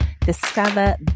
discover